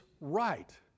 right